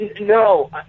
No